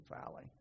valley